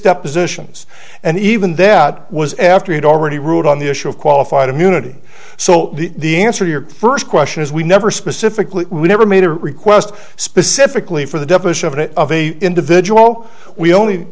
depositions and even that was after he'd already ruled on the issue of qualified immunity so the answer your first question is we never specifically never made a request specifically for the definition of an individual we only